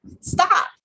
stop